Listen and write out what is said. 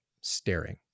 staring